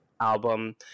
album